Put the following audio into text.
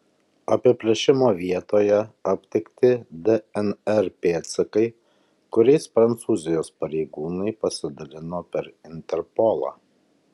apiplėšimo vietoje aptikti dnr pėdsakai kuriais prancūzijos pareigūnai pasidalino per interpolą